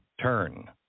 turn